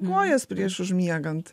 kojas prieš užmiegant